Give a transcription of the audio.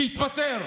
שיתפטר.